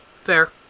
Fair